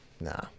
Nah